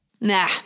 Nah